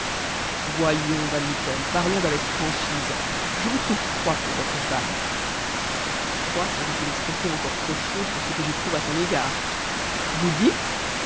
voyons van mitten parlons avec franchise je vous trouve froid pour votre femme froid serait une expression encore trop chaude pour ce que j'éprouve à son égard vous dites